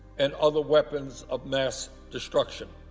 and other weapons of mass destruction.